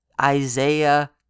Isaiah